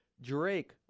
Drake